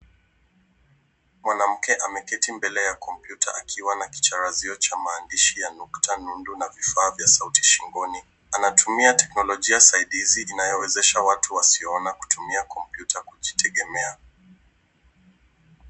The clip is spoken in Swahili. Mwanamke ameketi mbele ya kompyuta akiwa na kicharazio cha maandishi cha nukta nundu na vifaa vya sauti shingoni. Anatumia teknolijia saidizi inayowezesha watu wasioona kutumia kompyuta kujitegemea.